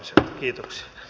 kiitoksia